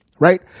right